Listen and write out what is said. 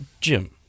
Jim